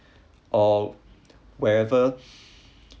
or where ever